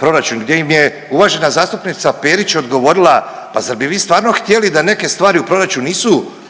proračun gdje im je uvažena zastupnica Perić odgovorila pa zar bi vi stvarno htjeli da neke stvari u proračunu nisu